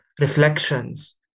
reflections